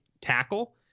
tackle